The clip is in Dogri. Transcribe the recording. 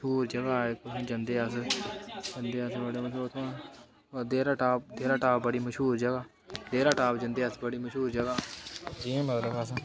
शूल जगह जंदे अस शूल जगह मतलब उत्थें देहराटॉप देहराटॉप बड़ी मशहूर जगह देहराटॉप जंदे अस बड़ी मशहूर जगह जि'यां मतलब अस